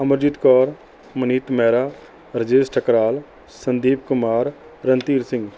Amarjit Kaur Maneet Mehra Rajesh Takral Sandeep Kumar Randhir Singh